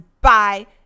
Bye